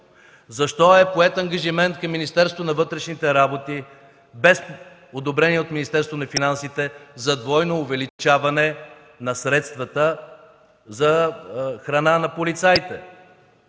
Защо е поет ангажимент към Министерството на вътрешните работи без одобрение от Министерството на финансите за двойно увеличаване на средствата за храна на полицаите?